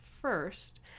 first